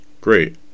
Great